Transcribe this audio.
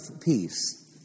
peace